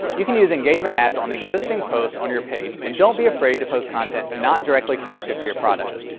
you can use engagement ads on existing posts on your page and don't be afraid to post content not directly connected to your products.